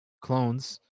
clones